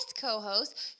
co-host